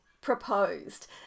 proposed